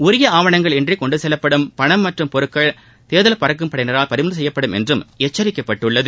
உரிய ஆவணங்கள் இன்றி கொண்டு செல்லப்படும் பணம் மற்றும் பொருட்கள் தேர்தல் பறக்கும் படையினரால் பறிமுதல் செய்யப்படும் என்றும் எச்சரிக்கப்பட்டுள்ளது